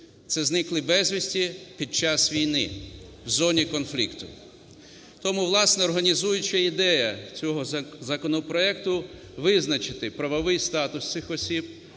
це зниклі безвісти під час війни в зоні конфлікту. Тому, власне, організуюча ідея цього законопроекту - визначити правовий статус цих осіб,